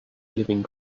living